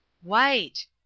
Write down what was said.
White